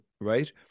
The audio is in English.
right